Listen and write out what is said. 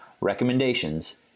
recommendations